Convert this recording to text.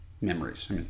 memories